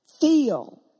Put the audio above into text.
Feel